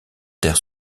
terre